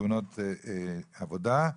תאונות עבודה.